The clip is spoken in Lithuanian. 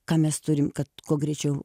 ką mes turim kad kuo greičiau